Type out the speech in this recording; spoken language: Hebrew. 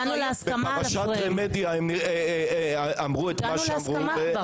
בפרשת רמדיה אמרו את מה שאמרו.